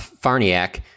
Farniak